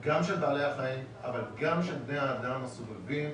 גם של בעלי החיים אבל גם של בני האדם הסובבים,